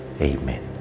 Amen